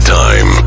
time